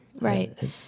Right